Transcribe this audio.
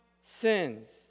sins